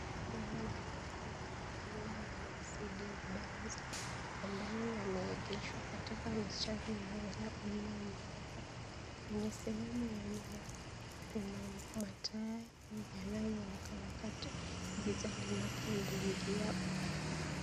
Haya ni magari ya aina ya Mercedes Benz ambayo yameegeshwa katika mstari mmoja ulionyooka. Kwenye sehemu ya nyuma, kuna mataa yanayowakawaka tu giza linapoingia.